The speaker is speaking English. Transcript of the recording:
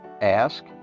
Ask